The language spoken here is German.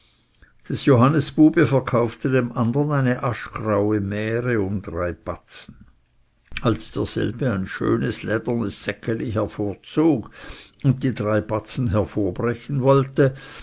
des johannes bube verkaufte dem andern eine aschgraue mähre um drei batzen als derselbe ein schönes ledernes säckeli hervorzog und die drei batzen hervorblechen wollte